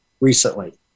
recently